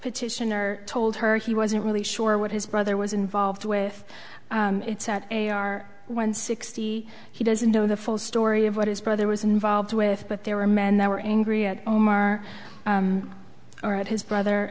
petitioner told her he wasn't really sure what his brother was involved with a r one sixty he doesn't know the full story of what his brother was involved with but there were men that were angry at omar or at his brother